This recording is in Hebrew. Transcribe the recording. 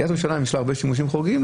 לעיריית ירושלים יש הרבה שימושים חורגים,